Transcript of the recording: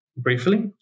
briefly